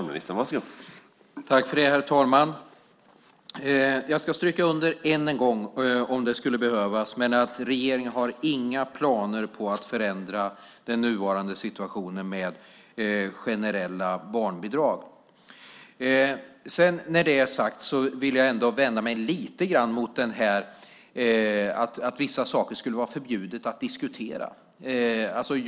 Herr talman! Jag ska än en gång stryka under, om det skulle behövas, att regeringen inte har några planer på att förändra den nuvarande situationen med generella barnbidrag. När det är sagt vill jag ändå vända mig lite grann mot detta att det skulle vara förbjudet att diskutera vissa saker.